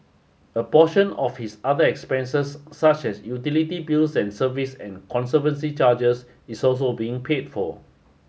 a portion of his other expenses such as utility bills and service and conservancy charges is also being paid for